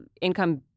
income